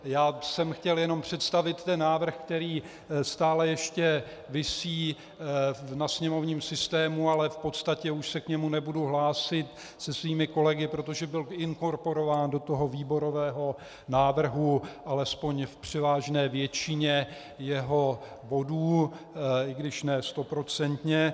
Já jsem chtěl jenom představit návrh, který stále ještě visí na sněmovním systému, ale v podstatě už se k němu nebudu hlásit se svými kolegy, protože byl inkorporován do toho výborového návrhu, alespoň v převážné většině jeho bodů, i když ne stoprocentně.